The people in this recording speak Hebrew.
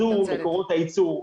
ביזור מקורות הייצור,